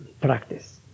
practice